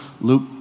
Luke